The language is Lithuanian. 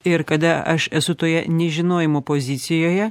ir kada aš esu toje nežinojimo pozicijoje